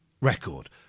record